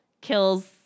kills